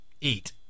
eat